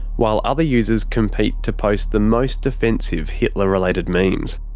while other users compete to post the most offensive hitler-related memes.